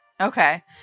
Okay